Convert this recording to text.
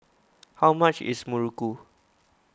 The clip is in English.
how much is Muruku